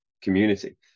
Community